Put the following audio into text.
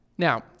Now